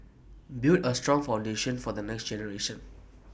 build A strong foundation for the next generation